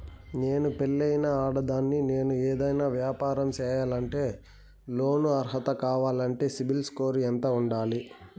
నేను పెళ్ళైన ఆడదాన్ని, నేను ఏదైనా వ్యాపారం సేయాలంటే లోను అర్హత కావాలంటే సిబిల్ స్కోరు ఎంత ఉండాలి?